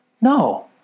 No